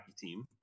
team